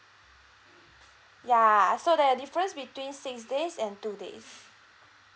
yeah so there are difference between six days and two days